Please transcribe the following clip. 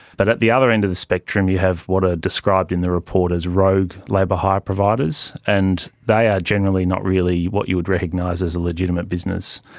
but at the other end of the spectrum you have what are ah described in the report as rogue labour hire providers, and they are generally not really what you would recognise as a legitimate business.